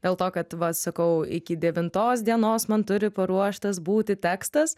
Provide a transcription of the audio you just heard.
dėl to kad vat sakau iki devintos dienos man turi paruoštas būti tekstas